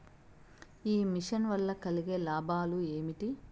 ఈ మిషన్ వల్ల కలిగే లాభాలు ఏమిటి?